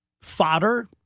fodder